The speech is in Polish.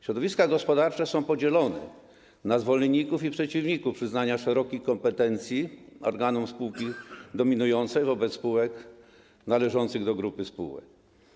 Środowiska gospodarcze są podzielone na zwolenników i przeciwników przyznania szerokich kompetencji organom spółki dominującej wobec spółek należących do grupy spółek.